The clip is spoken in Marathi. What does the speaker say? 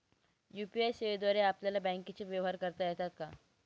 यू.पी.आय सेवेद्वारे आपल्याला बँकचे व्यवहार करता येतात का?